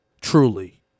Truly